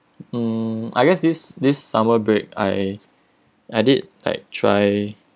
hmm I guess this this summer break I I did like try